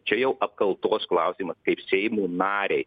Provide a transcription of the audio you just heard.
čia jau apkaltos klausimas kaip seimo narei